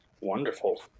Wonderful